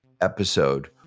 episode